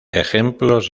ejemplos